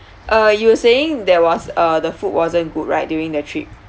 uh you were saying there was uh the food wasn't good right during the trip